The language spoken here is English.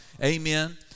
Amen